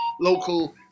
local